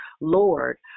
Lord